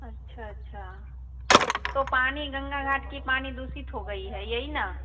अच्छा अच्छा तो पानी गंगा घाट का पानी दूषित हो गया है यही ना